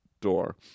door